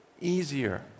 easier